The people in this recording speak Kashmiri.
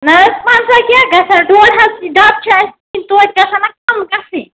نہ حظ پنٛژہ کیاہ گژھُن ڈۄڈ ہتھ ڈَبہٕ چھِ اَسہِ ننۍ توتہِ گژھن کَم گژھٕنۍ